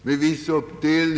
Herr talman!